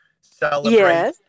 celebrate